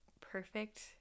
perfect